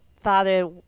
Father